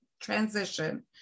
transition